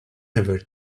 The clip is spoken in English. never